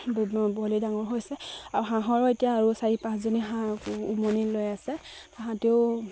পোৱালি ডাঙৰ হৈছে আৰু হাঁহৰো এতিয়া আৰু চাৰি পাঁচজনী হাঁহ উমনি লৈ আছে তাহাঁতেও